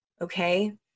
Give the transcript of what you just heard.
Okay